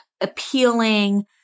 appealing